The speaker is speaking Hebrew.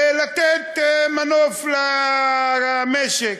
ולתת מנוף למשק.